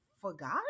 forgot